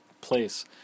place